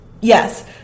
Yes